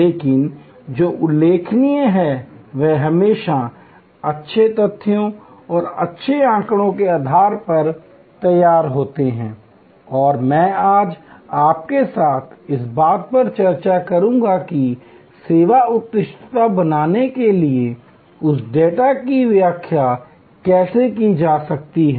लेकिन जो उल्लेखनीय है वे हमेशा अच्छे तथ्यों और अच्छे आंकड़ों के आधार पर तैयार होते हैं और मैं आज आपके साथ इस बात पर चर्चा करूंगा कि सेवा उत्कृष्टता बनाने के लिए उस डेटा की व्याख्या कैसे की जा सकती है